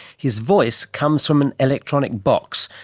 his voice comes from an electronic box,